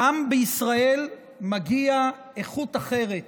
לעם בישראל מגיעה איכות אחרת